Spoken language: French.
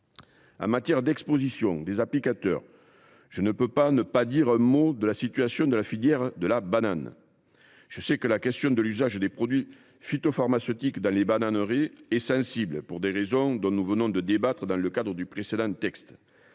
En matière d’exposition des applicateurs, je ne peux pas ne pas dire un mot de la filière de la banane. Je sais que l’usage de produits phytopharmaceutiques dans les bananeraies est une question sensible, pour des raisons dont nous venons de débattre dans le cadre du précédent texte